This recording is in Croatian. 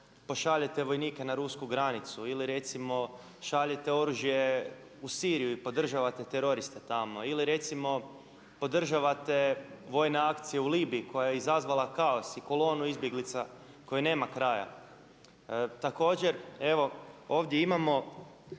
pošaljete vojnike na rusku granicu, ili recimo šaljete oružje u Siriju i podržavate teroriste tamo, ili recimo podržavate vojne akcije u Libiji koja je izazvala kaos i kolonu izbjeglica kojoj nema kraja. Također, evo ovdje imamo